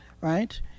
right